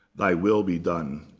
thy will be done.